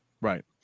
right